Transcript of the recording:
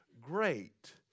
great